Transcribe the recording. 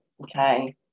Okay